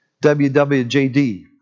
WWJD